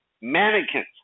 mannequins